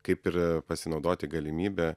kaip ir pasinaudoti galimybe